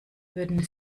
würden